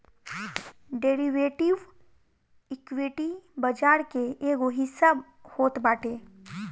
derivative, equity बाजार के एगो हिस्सा होत बाटे